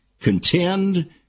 Contend